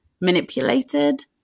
manipulated